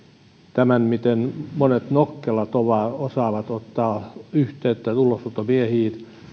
tämän miten monet nokkelat osaavat ottaa yhteyttä ulosottomiehiin